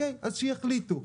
אז שיחליטו.